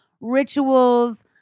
Rituals